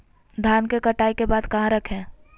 धान के कटाई के बाद कहा रखें?